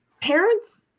parents